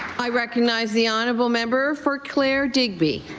i recognize the honourable member for clare-digby.